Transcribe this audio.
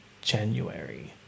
January